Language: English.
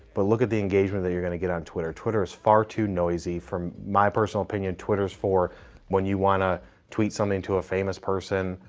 but look at the engagement that you're gonna get on twitter. twitter is far too noisy for. my personal opinion, twitter's for when you wanna tweet something to a famous person,